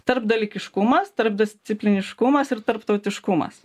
tarpdalykiškumas tarpdiscipliniškumas ir tarptautiškumas